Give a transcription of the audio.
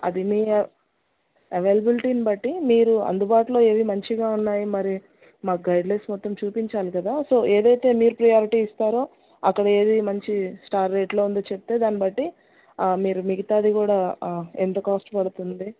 అది మీ అవలబిలిటీని బట్టి మీరు అందుబాటులో ఏవి మంచిగా ఉన్నాయి మరి మాకు గైడ్లైన్స్ మొత్తం చూపించాలి కదా సో ఏదైతే మీరు ప్రియారిటీ ఇస్తారో అక్కడ ఏది మంచి స్టార్ రేట్లో ఉందో చెప్తే దాన్ని బట్టి మీరు మిగతాది కూడా ఎంత కాస్ట్ పడుతుంది